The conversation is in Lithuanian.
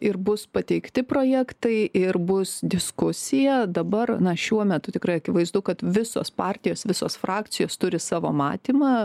ir bus pateikti projektai ir bus diskusija dabar na šiuo metu tikrai akivaizdu kad visos partijos visos frakcijos turi savo matymą